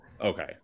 Okay